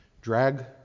Drag